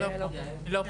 יעל?